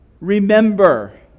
Remember